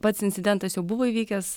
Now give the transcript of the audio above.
pats incidentas jau buvo įvykęs